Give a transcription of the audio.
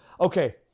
Okay